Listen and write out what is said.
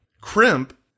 Crimp